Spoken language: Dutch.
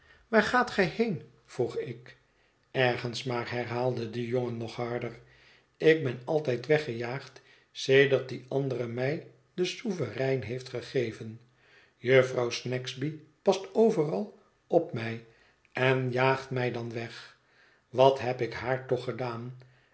waar gaat hij heen vroeg ik ergens maar herhaalde de jongen nog harder ik ben altijd weggejaagd sedert die andere mij den söuverein heeft gegeven jufvrouw snagsby past overal op mij en jaagt mij dan weg wat heb ik haar toch gedaan